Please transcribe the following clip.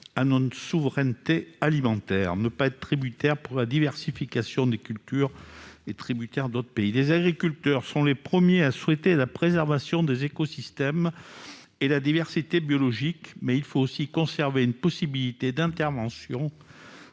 à notre souveraineté alimentaire, ne pas être tributaire pour la diversification des cultures est tributaire d'autres pays, les agriculteurs sont les premiers à souhaiter la préservation des écosystèmes et la diversité biologique, mais il faut aussi conserver une possibilité d'intervention